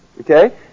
okay